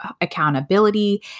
accountability